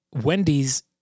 Wendy's